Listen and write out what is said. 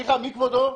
סליחה, מי כבודו?